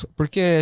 porque